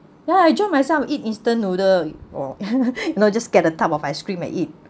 ya I enjoy myself eat instant noodle or you know just get a tub of ice cream and eat